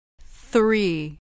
Three